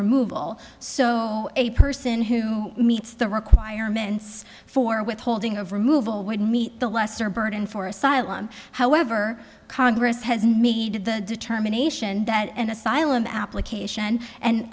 removal so a person who meets the requirements for withholding of removal would meet the lesser burden for asylum however congress has made the determination that an asylum application and